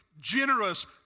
generous